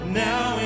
now